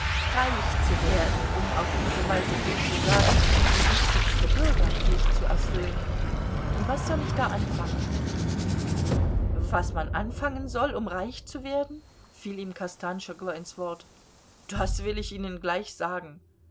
reich zu werden um auf diese weise sozusagen die wichtigste bürgerpflicht zu erfüllen was soll ich da anfangen was man anfangen soll um reich zu werden fiel ihm kostanschoglo ins wort das will ich ihnen gleich sagen